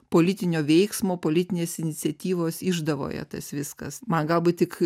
politinio veiksmo politinės iniciatyvos išdavoje tas viskas man galbūt tik